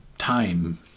time